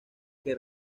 que